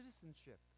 citizenship